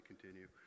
continue